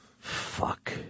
Fuck